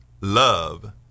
love